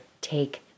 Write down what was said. take